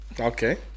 Okay